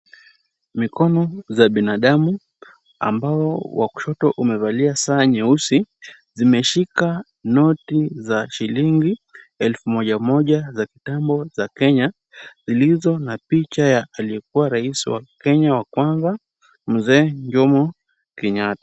Mikono za binadamu ambao wa kushoto umevalia saa nyeusi. Zimeshika noti za shilingi elfu moja moja za kitambo za Kenya, zilizo na picha ya aliyekuwa rais wa Kenya wa kwanza mzee Jomo Kenyatta.